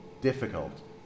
difficult